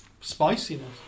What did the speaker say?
Spiciness